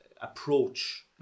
approach